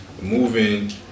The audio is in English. moving